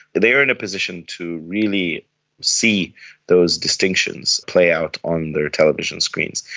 they were in a position to really see those distinctions play out on their television screens.